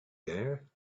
there